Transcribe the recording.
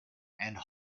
and